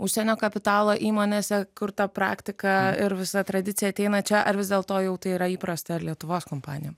užsienio kapitalo įmonėse kur ta praktika ir visa tradicija ateina čia ar vis dėlto jau tai yra įprasta ir lietuvos kompanijom